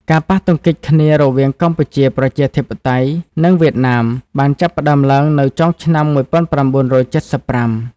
ការប៉ះទង្គិចគ្នារវាងកម្ពុជាប្រជាធិបតេយ្យ និងវៀតណាម បានចាប់ផ្តើមឡើងនៅចុងឆ្នាំ១៩៧៥។